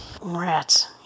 Rats